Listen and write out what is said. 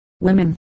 women